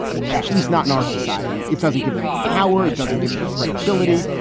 at least not in our society. it doesn't give them power. it doesn't give them credibility.